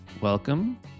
Welcome